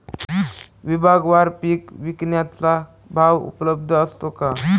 विभागवार पीक विकण्याचा भाव उपलब्ध असतो का?